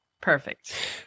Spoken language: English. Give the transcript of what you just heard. Perfect